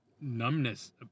numbness